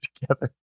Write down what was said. together